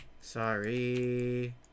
Sorry